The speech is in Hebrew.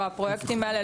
או הפרויקטים האלה,